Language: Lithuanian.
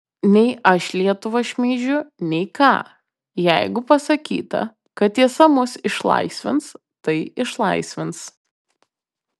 nei aš lietuvą šmeižiu nei ką jeigu pasakyta kad tiesa mus išlaisvins tai išlaisvins